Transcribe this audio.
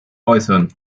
äußern